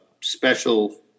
special